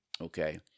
okay